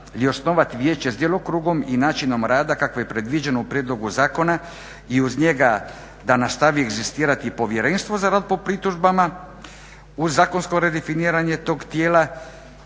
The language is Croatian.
li osnovati vijeće s djelokrugom i načinom rada kako je predviđeno u prijedlogu zakona i uz njega da nastavi egzistirati Povjerenstvo za rad po pritužbama uz zakonsko redefiniranje tog tijela